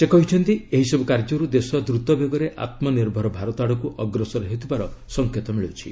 ସେ କହିଛନ୍ତି ଏହିସବୁ କାର୍ଯ୍ୟରୁ ଦେଶ ଦ୍ରତ ବେଗରେ ଆତ୍ମନିର୍ଭର ଭାରତ ଆଡ଼କୁ ଅଗ୍ରସର ହେଉଥିବାର ସଙ୍କେତ ମିଳୁଛି